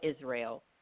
Israel